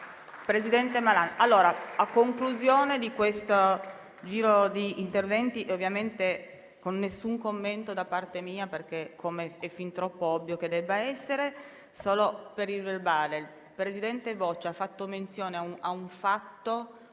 finestra"). A conclusione di questo giro di interventi, ovviamente senza alcun commento da parte mia, come è fin troppo ovvio che debba essere, ma solo per il verbale, il presidente Boccia ha fatto menzione non tanto